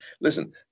Listen